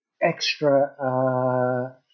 extra